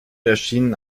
erschienen